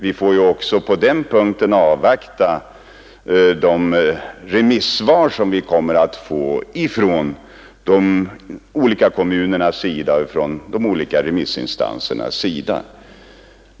Vi bör alltså på den punkten avvakta remissvaret från de olika kommunerna och andra remissinstanser.